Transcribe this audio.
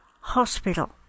hospital